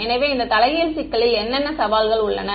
எனவே இந்த தலைகீழ் சிக்கலில் என்னென்ன சவால்கள் உள்ளன